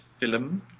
film